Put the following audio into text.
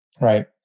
Right